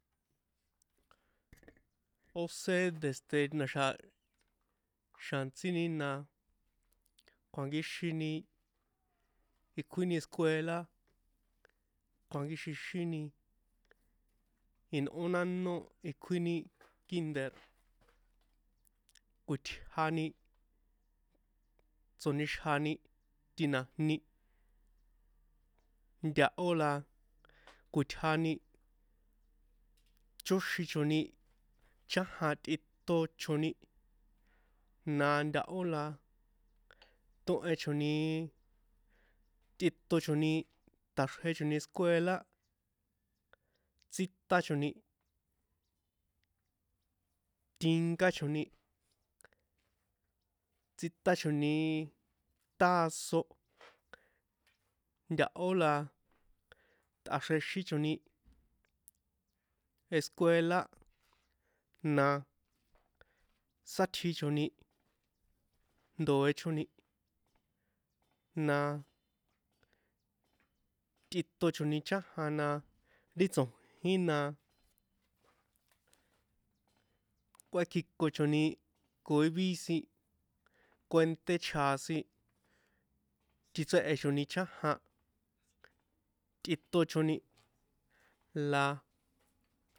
Ósé desde na̱xa̱ xja̱nxtíni na kjuankíxini ikjuini escuela kjuankíxixíni inꞌó nánó ikjuini kinder kꞌuitjani tsonixjani ti̱na̱jní ntahó na kuitjani chóxichoni chájan tꞌitochoni na natohó la tóhechoni tꞌichochoni taxrjechoni escuela tsítachoni tinkáchoni tsítachoni taazo ntahó la tꞌatxjrexíchoni escuela na sátsjichoni ndoe̱choni na tꞌitochoni chájan na ti tso̱jin kuekjikochoni koi vici kuenṭé chjasin tichréhe̱choni chájan tꞌitochoni la